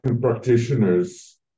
practitioners